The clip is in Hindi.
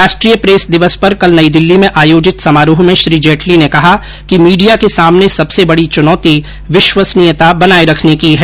राष्ट्रीय प्रेस दिवस पर कल नई दिल्ली में आयोजित समारोह में श्री जेटली ने कहा कि मीडिया के सामने सबसे बडी चुनौती विश्व्सनीयता बनाए रखने की है